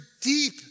deep